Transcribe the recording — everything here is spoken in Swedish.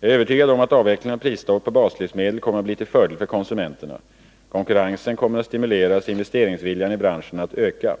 Jag är övertygad om att avvecklingen av prisstoppet på baslivsmedel kommer att bli till fördel för konsumenterna. Konkurrensen kommer att stimuleras och investeringsviljan i branschen att öka.